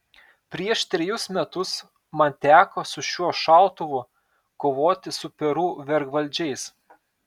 prieš trejus metus man teko su šiuo šautuvu kovoti su peru vergvaldžiais